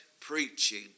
preaching